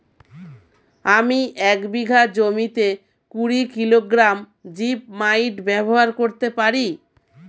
আমি এক বিঘা জমিতে কুড়ি কিলোগ্রাম জিপমাইট ব্যবহার করতে পারি?